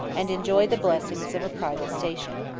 and enjoy the blessings of a private station.